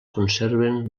conserven